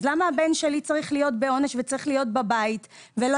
למה הבן שלי צריך להיות בעונש וצריך להיות בבית ולא